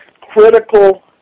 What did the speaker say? critical